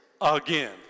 again